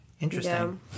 interesting